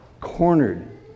cornered